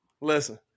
listen